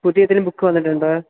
പുതിയ ഏതെങ്കിലും ബുക്ക് വന്നിട്ടുണ്ടോ